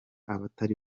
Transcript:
abatari